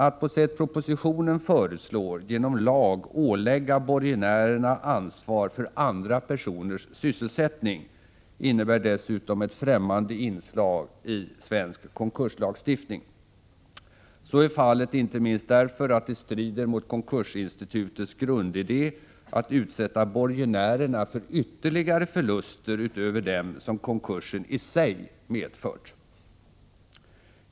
Att på sätt propositionen föreslår genom lag ålägga borgenärerna ansvar för andra personers sysselsättning innebär dessutom ett främmande inslag i svensk konkurslagstiftning. Så är fallet inte minst därför att det strider mot konkursinstitutets grundidé att utsätta borgenärerna för ytterligare förluster utöver dem som konkursen i sig medfört.